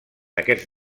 aquests